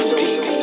deep